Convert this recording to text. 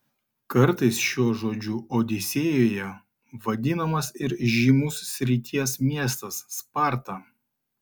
kartais šiuo žodžiu odisėjoje vadinamas ir žymus srities miestas sparta